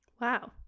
Wow